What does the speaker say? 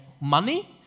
money